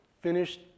finished